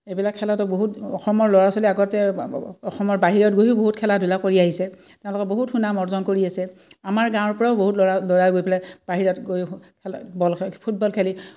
এইবিলাক খেলটো বহুত অসমৰ ল'ৰা ছোৱালী আগতে অসমৰ বাহিৰত গৈও বহুত খেলা ধূলা কৰি আহিছে তেওঁলোকৰ বহুত সুনাম অৰ্জন কৰি আছে আমাৰ গাঁৱৰ পৰাও বহুত ল'ৰা ল'ৰাই গৈ পেলাই বাহিৰত গৈ খেল বল ফুটবল খেলি